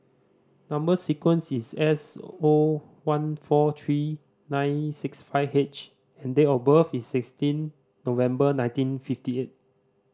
number sequence is S O one four three nine six five H and date of birth is sixteen November nineteen fifty eight